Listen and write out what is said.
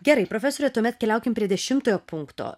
gerai profesore tuomet keliaukim prie dešimtojo punkto